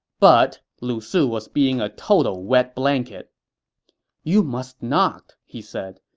but lu su was being a total wet blanket you must not, he said.